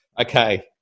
Okay